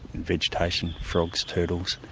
vegetation, frogs, turtles,